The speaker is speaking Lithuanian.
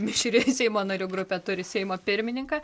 mišri seimo narių grupė turi seimo pirmininką